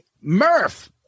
Murph